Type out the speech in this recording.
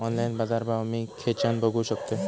Online बाजारभाव मी खेच्यान बघू शकतय?